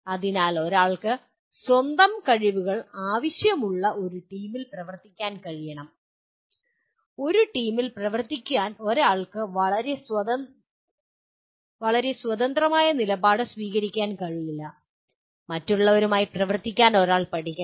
അതിനാൽ ഒരാൾക്ക് സ്വന്തം കഴിവുകൾ ആവശ്യമുള്ള ഒരു ടീമിൽ പ്രവർത്തിക്കാൻ കഴിയണം ഒരു ടീമിൽ പ്രവർത്തിക്കാൻ ഒരാൾക്ക് വളരെ സ്വതന്ത്രമായ നിലപാട് സ്വീകരിക്കാൻ കഴിയില്ല മറ്റുള്ളവരുമായി പ്രവർത്തിക്കാൻ ഒരാൾ പഠിക്കണം